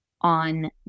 on